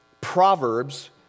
Proverbs